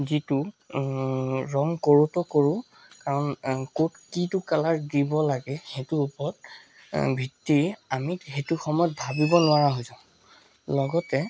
যিটো ৰং কৰোঁতেও কৰোঁ কাৰণ ক'ত কিটো কালাৰ দিব লাগে সেইটোৰ ওপৰত ভিত্তি আমি সেইটো সময়ত ভাবিব নোৱাৰা হৈ যাওঁ লগতে